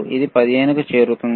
ఇది 15 కి చేరుతుంది